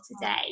today